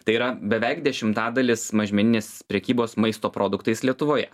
tai yra beveik dešimtadalis mažmeninės prekybos maisto produktais lietuvoje